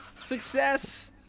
success